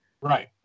Right